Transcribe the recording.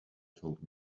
told